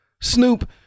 Snoop